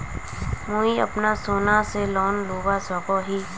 मुई अपना सोना से लोन लुबा सकोहो ही?